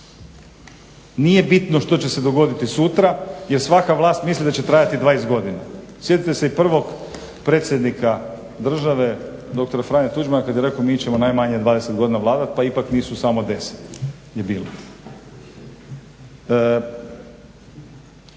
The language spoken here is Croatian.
Nije bitno što će se dogoditi sutra jer svaka vlast misli da će trajati 20 godina. Sjetite se i prvog predsjednika države dr. Franje Tuđmana kad je rekao mi ćemo najmanje 20 godina vladati pa ipak nisu, samo 10